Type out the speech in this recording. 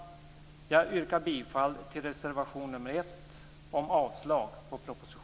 Jag yrkar bifall till reservation nr 1